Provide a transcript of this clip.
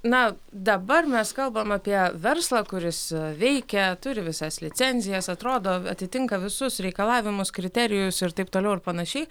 na dabar mes kalbam apie verslą kuris veikia turi visas licenzijas atrodo atitinka visus reikalavimus kriterijus ir taip toliau ir panašiai